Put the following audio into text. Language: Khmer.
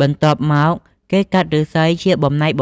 បន្ទាប់មក គេកាត់ឫស្សីជាបំណែកៗ